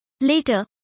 Later